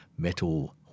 Metal